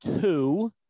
two